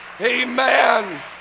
Amen